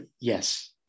Yes